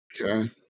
Okay